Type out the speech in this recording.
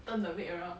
turn the weight around